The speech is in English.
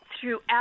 throughout